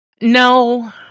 No